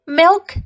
milk